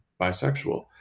bisexual